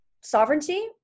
sovereignty